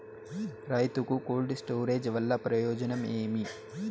రైతుకు cold storage వల్ల ప్రయోజనం ఏమి?